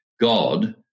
God